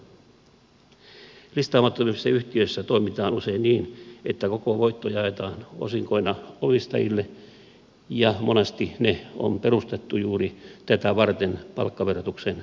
listaamattomissa yhtiöissä toimitaan usein niin että koko voitto jaetaan osinkoina omistajille ja monasti ne on perustettu juuri tätä varten palkkaverotuksen kiertämiseksi